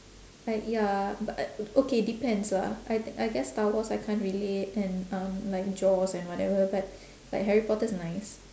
like ya but okay depends lah I I guess star wars I can't relate and um like jaws and whatever but like harry potter's nice